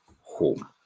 home